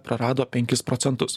prarado penkis procentus